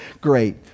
Great